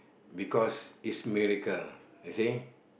because it's miracle you see